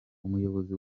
umuyobozi